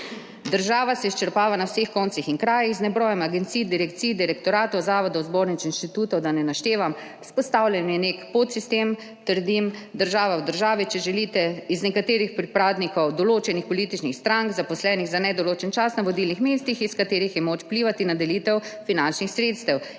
Država se izčrpava na vseh koncih in krajih, z nebrojem agencij, direkcij, direktoratov, zavodov, zbornic, inštitutov, da ne naštevam, vzpostavljen je nek podsistem, trdim, država v državi, če želite, iz nekaterih pripadnikov določenih političnih strank, zaposlenih za nedoločen čas na vodilnih mestih, iz katerih je moč vplivati na delitev finančnih sredstev,